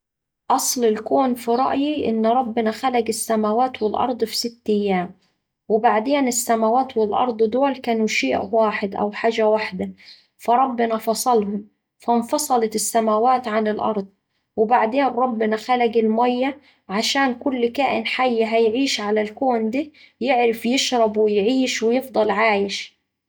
أصل الكون في رأيي إن ربنا خلق السماوات والأرض في ست أيام وبعدين السماوات والأرض دول كانو شيء واحد أو حاجة واحدة فربنا فاصلهم فاتفصلت السماوات عن الأرض، وبعدين ربنا خلق الميه عشان كل كائن حي هيعيش على الكون ده يعرف يشرب ويعيش ويفضل عايش.